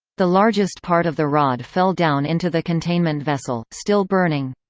the largest part of the rod fell down into the containment vessel, still burning.